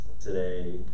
today